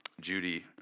Judy